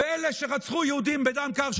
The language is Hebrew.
ואלה שרצחו יהודים בדם קר,